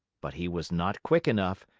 but he was not quick enough,